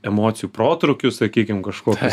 emocijų protrūkius sakykim kažkokius